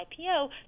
IPO